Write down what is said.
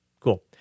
Cool